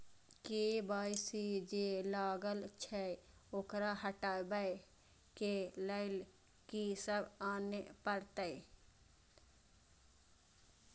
KYC जे लागल छै ओकरा हटाबै के लैल की सब आने परतै?